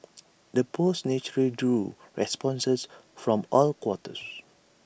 the post naturally drew responses from all quarters